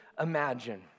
imagine